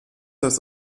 das